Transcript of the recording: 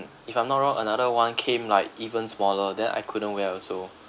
if I'm not wrong another one came like even smaller then I couldn't wear also